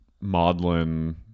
maudlin